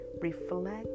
reflect